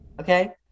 okay